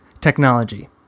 technology